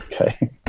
okay